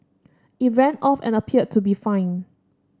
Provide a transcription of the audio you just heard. it ran off and appeared to be fine